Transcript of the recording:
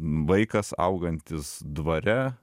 vaikas augantis dvare